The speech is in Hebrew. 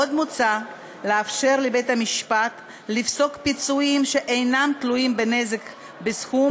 עוד מוצע לאפשר לבית-המשפט לפסוק פיצויים שאינם תלויים בנזק בסכום